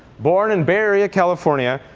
born in bay area, california,